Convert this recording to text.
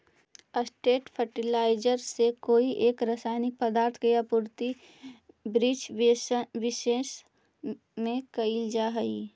straight fertiliser से कोई एक रसायनिक पदार्थ के आपूर्ति वृक्षविशेष में कैइल जा हई